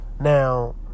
Now